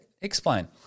explain